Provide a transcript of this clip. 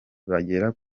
bagera